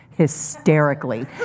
hysterically